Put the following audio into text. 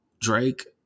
Drake